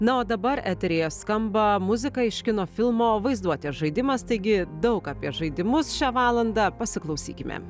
na o dabar eteryje skamba muzika iš kino filmo vaizduotės žaidimas taigi daug apie žaidimus šią valandą pasiklausykime